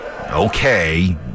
Okay